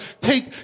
take